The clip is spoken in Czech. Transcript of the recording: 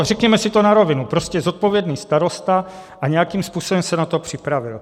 Řekněme si to na rovinu, prostě zodpovědný starosta a nějakým způsobem se na to připravil.